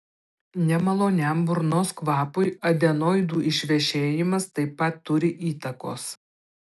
nemaloniam burnos kvapui adenoidų išvešėjimas taip pat turi įtakos